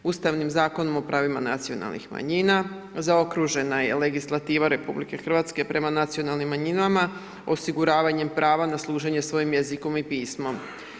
Ustavnim zakonom o pravima nacionalnih manjina, zaokružena je legislativa RH prema nacionalnim manjinama, osiguravanjem prava na služenje svojim jezikom i pismom.